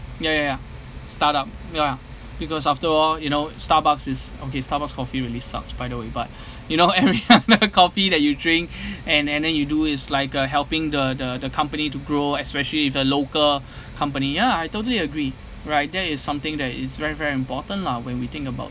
ya ya ya start up ya because after all you know starbucks is okay starbucks coffee really sucks by the way but you know every other coffee that you drink and and then you do is like a helping the the company to grow especially is a local company ya I totally agree right that is something that is very very important lah when we think about